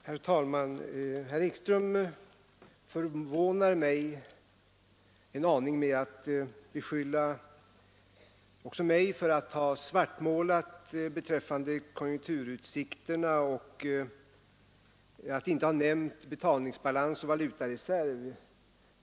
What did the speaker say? Herr talman! Herr Ekström förvånar mig en aning när han beskyller också mig för att ha svartmålat beträffande konjunkturutsikterna och för att inte ha nämnt betalningsbalans och valutareserv.